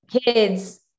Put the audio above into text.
kids